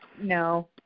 no